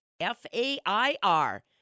F-A-I-R